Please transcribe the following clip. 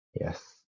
Yes